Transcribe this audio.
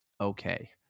okay